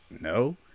no